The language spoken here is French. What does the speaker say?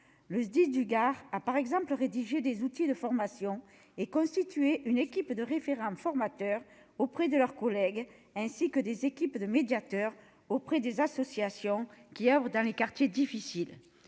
Le SDIS du Gard a par exemple rédigé des outils de formation et constitué une équipe de référents formateurs exerçant auprès de leurs collègues, ainsi que des équipes de médiateurs intervenant auprès des associations qui oeuvrent dans les quartiers difficiles.